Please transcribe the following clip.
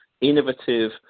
innovative